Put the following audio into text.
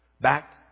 Back